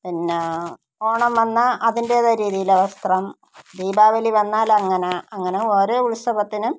പിന്നെ ഓണം വന്നാൽ അതിൻ്റേതായ രീതിയിൽ വസ്ത്രം ദീപാവലി വന്നാൽ അങ്ങനെ അങ്ങനെ ഓരോ ഉത്സവത്തിനും